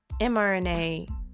mRNA